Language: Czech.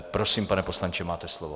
Prosím, pane poslanče, máte slovo.